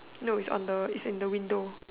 no is on the is in the window